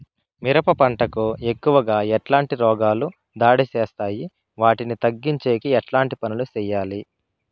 మిరప పంట కు ఎక్కువగా ఎట్లాంటి రోగాలు దాడి చేస్తాయి వాటిని తగ్గించేకి ఎట్లాంటి పనులు చెయ్యాలి?